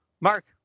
mark